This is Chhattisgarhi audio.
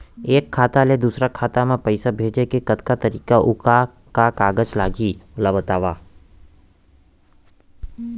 एक खाता ले दूसर खाता मा पइसा भेजे के कतका तरीका अऊ का का कागज लागही ओला बतावव?